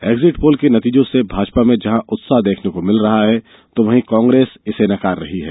exit poll के नतीजों से भाजपा में जहां उत्साह देखने को मिल रहा है तो वहीं कांग्रेस इसे नकार रही है